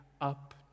up